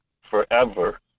forever